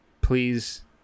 Please